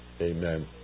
Amen